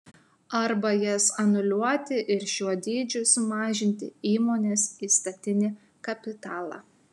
arba jas anuliuoti ir šiuo dydžiu sumažinti įmonės įstatinį kapitalą